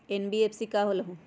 NBFC का होलहु?